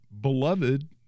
beloved